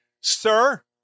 Sir